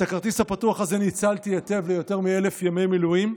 את הכרטיס הפתוח הזה ניצלתי היטב ליותר מ-1,000 ימי מילואים,